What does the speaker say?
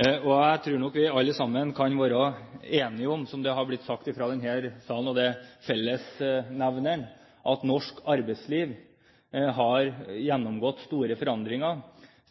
Jeg tror nok vi alle sammen kan være enige om – som det har blitt sagt fra denne talerstolen – at fellesnevneren «norsk arbeidsliv» har gjennomgått store forandringer